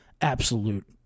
Absolute